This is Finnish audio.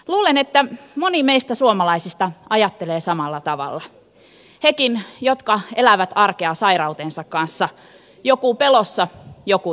luulen että moni meistä suomalaisista ajattelee samalla tavalla hekin jotka elävät arkea sairautensa kanssa joku pelossa joku toivossa